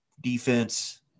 defense –